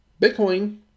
bitcoin